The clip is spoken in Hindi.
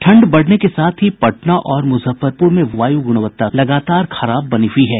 ठंड बढ़ने के साथ ही पटना और मुजफ्फरपुर में वायु की गुणवत्ता लगातार खराब बनी हुई है